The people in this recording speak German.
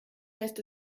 lässt